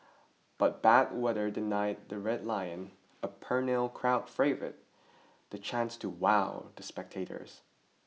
but bad weather denied the red lion a perennial crowd favourite the chance to wow the spectators